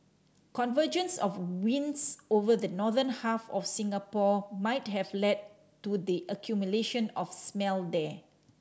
convergence of winds over the northern half of Singapore might have led to the accumulation of smell there